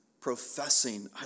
professing